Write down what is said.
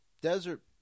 desert